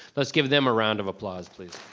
let's give them a round of applause, please.